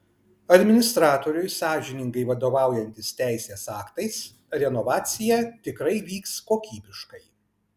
administratoriui sąžiningai vadovaujantis teisės aktais renovacija tikrai vyks kokybiškai